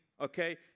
okay